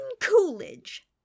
Coolidge